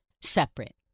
separate